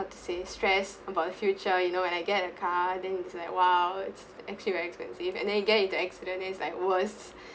how to say stress about the future you know when I get a car then it's like !wow! it's actually very expensive and then you get into accident and then it's like what's